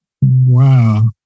Wow